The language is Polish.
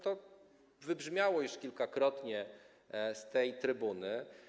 To wybrzmiało już kilkakrotnie z tej trybuny.